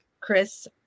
Chris